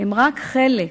הן רק חלק